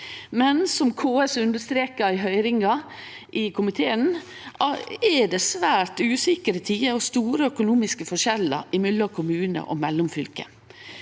men som KS understreka i høyringa i komiteen, er det svært usikre tider og store økonomiske forskjellar mellom kommunar og mellom fylke.